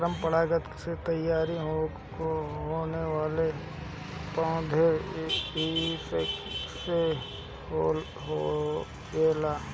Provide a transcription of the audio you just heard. पर परागण से तेयार होने वले पौधे कइसे होएल?